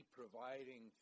providing